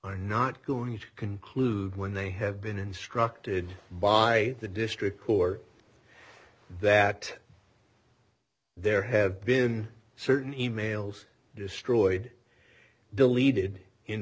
are not going to conclude when they have been instructed by the district court that there have been certain e mails destroyed deleted in